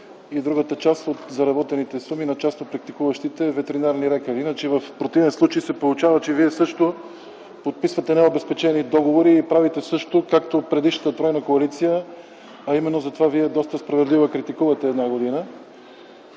и другата част от заработените суми на част от практикуващите ветеринарни лекари. В противен случай се получава, че Вие също подписвате необезпечени договори и правите същото, както предишната тройна коалиция, а именно затова Вие доста справедливо я критикувате една година.